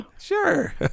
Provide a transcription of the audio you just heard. Sure